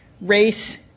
race